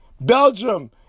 Belgium